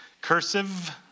Cursive